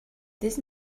this